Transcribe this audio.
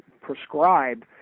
prescribed